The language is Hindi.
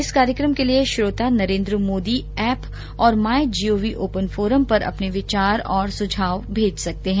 इस कार्यक्रम के लिए श्रोता नरेन्द्र मोदी एप और माई जीओवी ओपन फोरम पर अपने विचार और सुझाव भेज सकते हैं